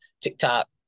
tiktok